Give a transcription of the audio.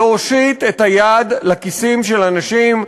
להושיט את היד לכיסים של האנשים,